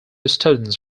students